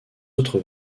autres